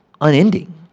unending